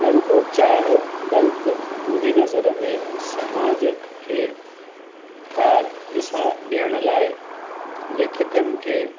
न रुॻो चाहु बल्कि मुंहिंजी नज़र में समाज खे का ॾिसा ॾियण लाइ लेखकनि खे